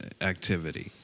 activity